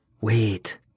Wait